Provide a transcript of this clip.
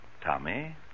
Tommy